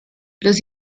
los